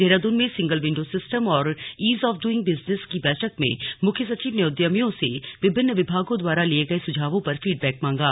देहरादून में single window system और ease of doing business की बैठक में मुख्य सचिव ने उद्यमियों से विभिन्न विभागों द्वारा लिये गये सुझावों पर फीड बैक मांगा